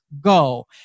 go